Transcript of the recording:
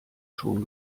schon